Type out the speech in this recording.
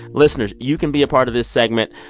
listeners, you can be a part of this segment.